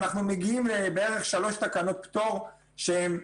אנחנו מגיעים בערך לשלוש תקנות פטור שהן,